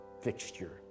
fixture